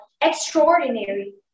extraordinary